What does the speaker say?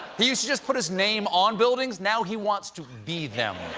he used to just put his name on buildings. now he wants to be them.